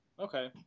Okay